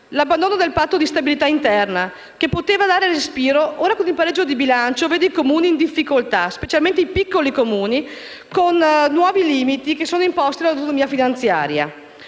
L'abbandono del Patto di stabilità interna, che poteva dare respiro, ora con il pareggio di bilancio vede i Comuni in difficoltà, specialmente i piccoli, con i nuovi limiti imposti dall'autonomia finanziaria,